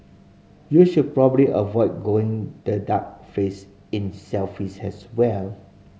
you should probably avoid going the duck face in selfies as well